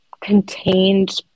contained